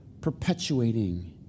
perpetuating